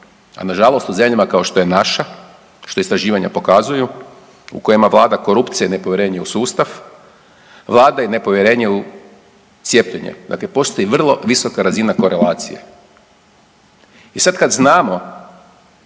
a nažalost u zemljama kao što je naša, što istraživanja pokazuju u kojima vlada korupcija i nepovjerenje u sustav vlada nepovjerenje u cijepljenje, dakle postoji vrlo visoka razina korelacije. I sad kad znamo